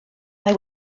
mae